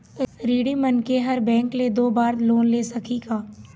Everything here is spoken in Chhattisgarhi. ऋणी मनखे हर बैंक से दो बार लोन ले सकही का?